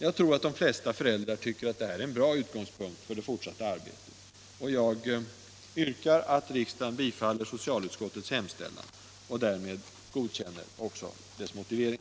Jag tror att de flesta föräldrar tycker det är en bra utgångspunkt för det fortsatta arbetet. Jag yrkar att riksdagen bifaller socialutskottets hemställan och också godkänner utskottets motivering.